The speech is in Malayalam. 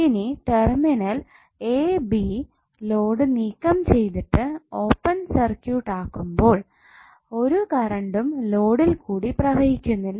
ഇനി ടെർമിനൽ എ ബി ലോഡ് നീക്കംചെയ്തിട്ട് ഓപ്പൺ സർക്യൂട്ട് ആക്കുമ്പോൾ ഒരു കറണ്ടും ലോഡിൽ കൂടി പ്രവഹിക്കില്ല